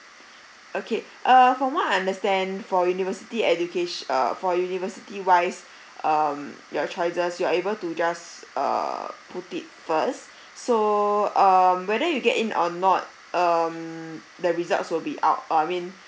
okay err from what I understand for university education err for university wise um your choices you're able to just uh put it first so um whether you get in or not um the results will be out uh I mean